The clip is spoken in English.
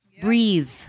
Breathe